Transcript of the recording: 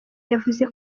yavuze